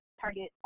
target